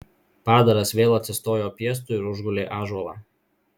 padaras vėl atsistojo piestu ir užgulė ąžuolą